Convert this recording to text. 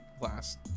last